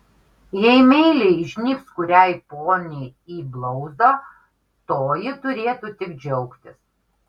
jei meiliai įžnybs kuriai poniai į blauzdą toji turėtų tik džiaugtis